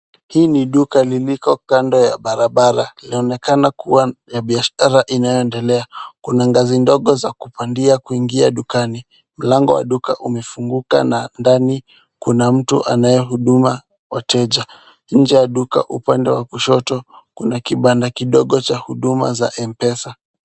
Hii ni duka liliko kando ya barabara. Laonekana kuwa ya biashara inayoendelea. Kuna ngazi ndogo za kupandia kuingia dukani. Mlango wa duka umefunguka na ndani kuna mtu anayehudumia wateja. Nje ya duka upande wa kushoto kuna kibanda kidogo cha huduma ya M-Pesa.